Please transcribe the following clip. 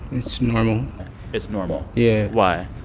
it's normal it's normal yeah why?